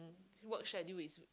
work schedule is